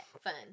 Fun